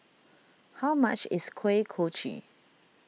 how much is Kuih Kochi